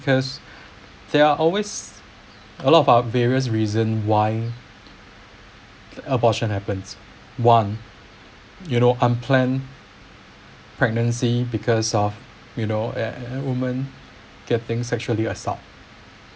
because there are always a lot of various reasons why abortion happens one you know unplanned pregnancy because of you know a women getting sexually assault